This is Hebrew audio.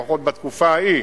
לפחות בתקופה ההיא,